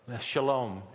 shalom